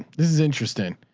this is interesting.